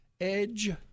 Edge